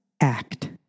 Act